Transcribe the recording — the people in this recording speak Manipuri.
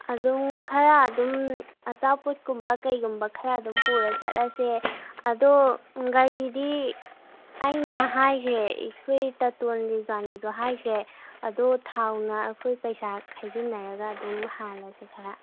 ꯑꯗꯨꯝ ꯈꯔ ꯑꯗꯨꯝ ꯑꯆꯥꯄꯣꯠ ꯀꯨꯝꯕ ꯀꯔꯤꯒꯨꯝꯕ ꯈꯔ ꯑꯗꯨꯝ ꯄꯨꯔ ꯆꯠꯂꯁꯦ ꯑꯗꯣ ꯒꯥꯔꯤꯗꯤ ꯑꯩꯅ ꯍꯥꯏꯈ꯭ꯔꯦ ꯑꯩꯈꯣꯏ ꯇꯥꯇꯣꯟꯒꯤ ꯒꯥꯔꯤꯗꯣ ꯍꯥꯏꯈ꯭ꯔꯦ ꯑꯗꯣ ꯊꯥꯎꯅ ꯑꯩꯈꯣꯏ ꯄꯩꯁꯥ ꯈꯥꯏꯖꯤꯟꯅꯔꯒ ꯑꯗꯨꯝ ꯍꯥꯜꯂꯁꯦ ꯈꯔ